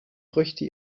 früchte